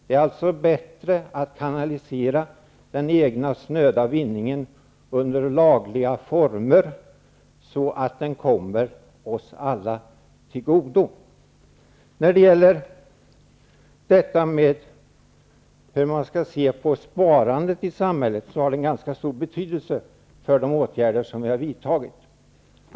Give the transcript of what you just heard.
Det är alltså bättre att analysera den egna snöda vinningen under lagliga former, så att den kommer oss alla till godo. Det har ganska stor betydelse hur man ser på sparandet i samhället när det gäller de åtgärder som vi har vidtagit.